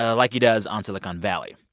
ah like he does on silicon valley.